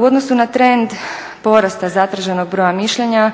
U odnosu na trend porasta zatraženog broja mišljenja